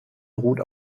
ruht